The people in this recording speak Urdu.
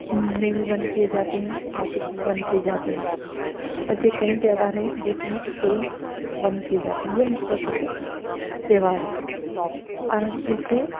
نے بھی بند کئے جاتے ہیں آفس بھی بند کئے جاتے ہیں ایسے کئی تیوہار ہیں جس میں اسکول بند کئے جاتے ہیں یہ مختصر سے تیوہار ہے اور ہم اسے